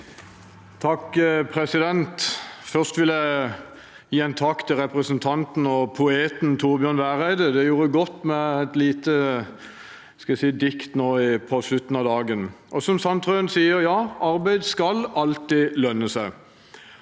(FrP) Først vil jeg gi en takk til representanten og poeten Torbjørn Vereide. Det gjorde godt med et lite dikt på slutten av dagen. Og som Sandtrøen sier: Ja, arbeid skal alltid lønne seg,